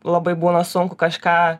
labai būna sunku kažką